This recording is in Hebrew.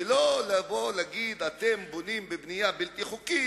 ולא לבוא ולהגיד: אתם בונים בבנייה בלתי חוקית,